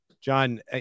John